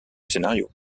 scénario